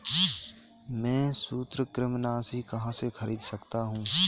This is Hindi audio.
मैं सूत्रकृमिनाशी कहाँ से खरीद सकता हूँ?